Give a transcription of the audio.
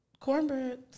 Cornbread